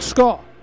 Scott